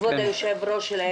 כבוד היושב-ראש.